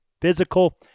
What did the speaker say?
physical